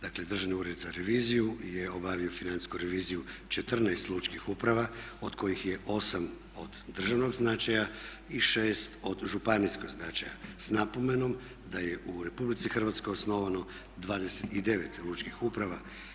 Dakle, Državni ured za reviziju je obavio financijsku reviziju 14 lučkih uprava od kojih je 8 od državnog značaja i 6 od županijskog značaja, s napomenom da je u RH osnovano 29 lučkih uprava.